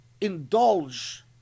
indulge